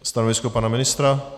Stanovisko pana ministra?